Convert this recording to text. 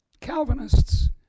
Calvinists